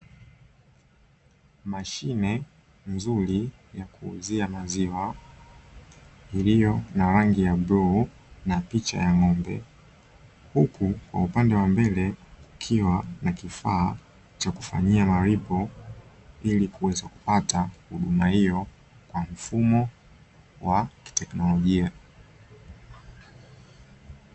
Mashine nzuri ya kuuzia maziwa iliyo na rangi ya bluu na picha ya ng'ombe. Huku kwa upande wa mbele kukiwa na kifaa cha kufanyia malipo ili kuweza kupata huduma hiyo kwa mfumo wa kiteknolojia.